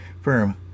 firm